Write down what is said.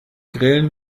grillen